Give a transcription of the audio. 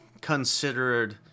considered